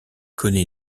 connaît